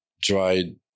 dried